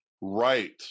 right